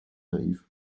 naiv